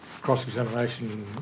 cross-examination